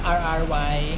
R R Y